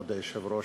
כבוד היושב-ראש,